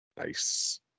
nice